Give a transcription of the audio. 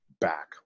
back